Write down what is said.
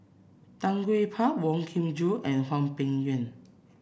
Tan Gee Paw Wong Kin Jong and Hwang Peng Yuan